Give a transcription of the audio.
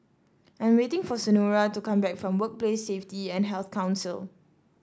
I'm waiting for Senora to come back from Workplace Safety and Health Council